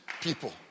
People